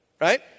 right